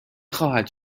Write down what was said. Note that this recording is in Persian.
خواهد